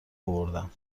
اوردم